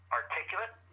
articulate